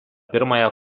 pirmąją